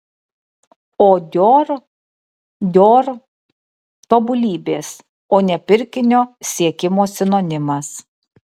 o dior dior tobulybės o ne pirkinio siekimo sinonimas